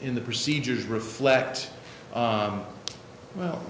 in the procedures reflects well